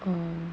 well